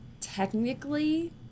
technically